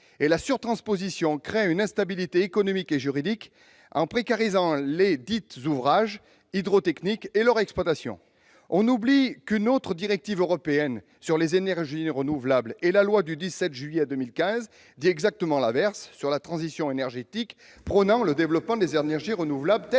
Et la surtransposition crée une instabilité économique et juridique, en précarisant lesdits ouvrages hydroélectriques et leur exploitation ! On oublie qu'une autre directive européenne sur les énergies renouvelables et la loi du 17 juillet 2015 sur la transition énergétique prônent le développement des énergies renouvelables,